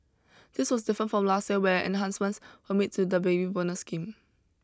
this was different from last year where enhancements were made to the baby bonus scheme